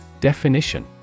Definition